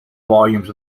volumes